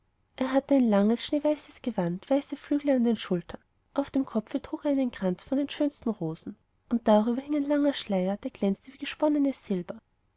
er hatte ein langes schneeweißes gewand weiße flügel an den schultern auf dem kopfe trug er einen kranz von den schönsten rosen und darüber hing ein langer schleier der glänzte wie gesponnenes silber